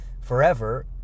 forever